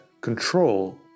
control